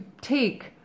take